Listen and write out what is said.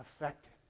affected